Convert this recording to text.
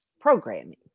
Programming